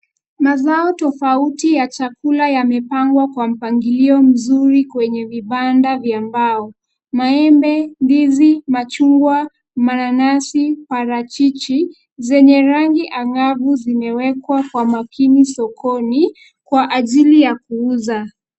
Mazao tofauti ya chakula yamepangwa kwa mpangilio mzuri kwenye vibanda vya mbao, maembe, ndizi, machungwa, mananasi, parachichi, zenye rangi ang'avu zimewekwa kwa makini sokoni, kwa ajili ya kuuza.